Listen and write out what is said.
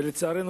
ולצערנו,